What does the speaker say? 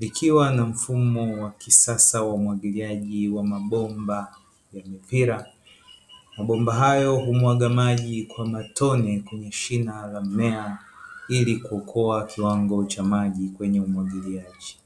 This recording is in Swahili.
likiwa na mfumo wa kisasa la umwagiliaji wa mabomba ya mipira, mabomba hayo humwaga ndani kwa matone kwenye shina la mimea ili kuokoa kiwango cha maji kwenye umwagiliaji.